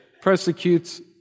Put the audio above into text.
persecutes